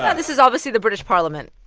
yeah this is obviously the british parliament.